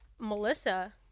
Melissa